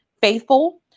faithful